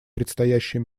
предстоящие